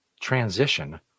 transition